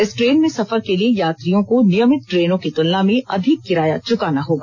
इस ट्रेन में सफर के लिए यात्रियों को नियमित ट्रेनों की तुलना में अधिक किराया चुकाना होगा